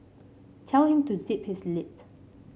tell him to zip his lip